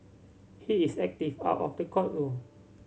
he is active out of the courtroom